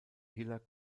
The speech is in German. hiller